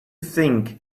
think